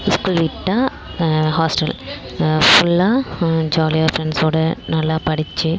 school விட்டால் hostel ஃபுல்லாக ஜாலியாக ஃப்ரெண்ட்ஸோடு நல்லா படிச்சு